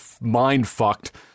mind-fucked